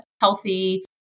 healthy